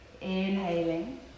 Inhaling